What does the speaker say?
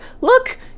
look